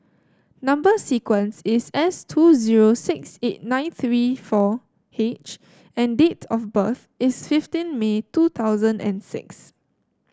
number sequence is S two zero six eight nine three four H and date of birth is fifteen May two thousand and six